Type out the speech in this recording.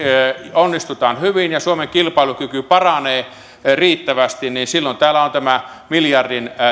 onnistutaan hyvin ja suomen kilpailukyky paranee riittävästi niin silloin täällä on tämä miljardin